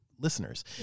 listeners